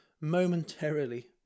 momentarily